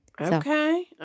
okay